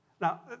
Now